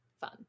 Fun